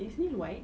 is he white